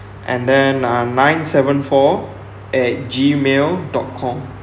and then um nine seven four at gmail dot com